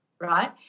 Right